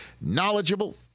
knowledgeable